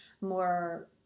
more